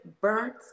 burnt